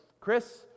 Chris